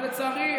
אבל לצערי,